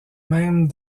même